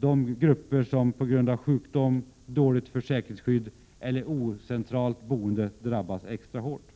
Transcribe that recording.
Det gäller då grupper som på grund av sjukdom, dåligt försäkringsskydd eller ocentralt boende drabbas extra hårt. Oo